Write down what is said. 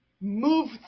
move